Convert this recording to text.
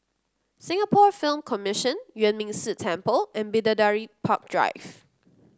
Singapore Film Commission Yuan Ming Si Temple and Bidadari Park Drive